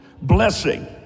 Blessing